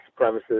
supremacists